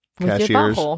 cashiers